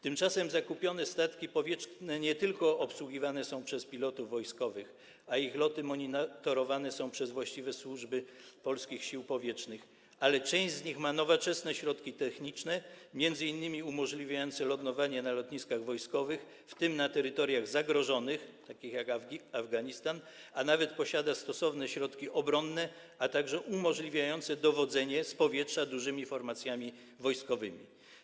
Tymczasem zakupione statki powietrzne nie tylko są obsługiwane przez pilotów wojskowych, a ich loty są monitorowane przez właściwe służby polskich sił powietrznych, ale część z nich ma nowoczesne środki techniczne, m.in. umożliwiające lądowanie na lotniskach wojskowych, w tym na terytoriach zagrożonych takich jak Afganistan, a nawet posiada stosowne środki obronne, a także umożliwiające dowodzenie z powietrza dużymi formacjami wojskowymi.